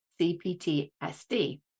CPTSD